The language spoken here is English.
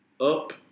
up